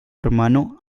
hermano